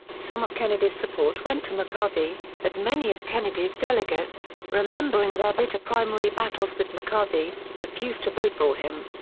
some of kennedy's support went to mccarthy, but many of kennedy's delegates, remembering their bitter primary battles with mccarthy, refused to vote for him.